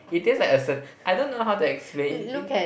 it taste like a cer~ I don't know how to explain it